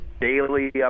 daily